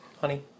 honey